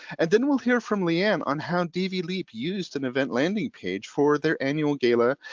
and then we'll hear from lee ann on how dv leap used an event landing page for their annual gala,